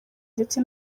ndetse